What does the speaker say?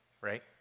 Right